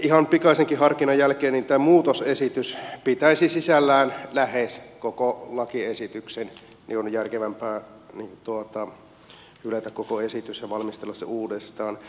ihan pikaisenkin harkinnan jälkeen tämä muutosesitys pitäisi sisällään lähes koko lakiesityksen joten on järkevämpää hylätä koko esitys ja valmistella se uudestaan